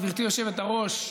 גברתי היושבת-ראש,